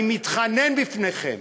אני מתחנן בפניכם.